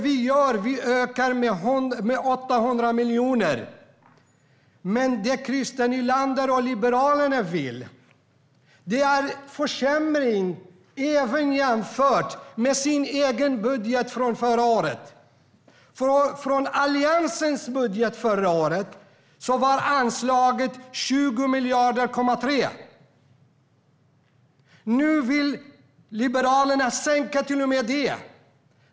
Vi ökar med 800 miljoner, men det Christer Nylander och Liberalerna vill göra innebär en försämring även jämfört med deras egen budget från förra året. I Alliansens budget var anslaget 20,3 miljarder. Nu vill Liberalerna sänka till och med det.